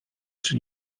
czy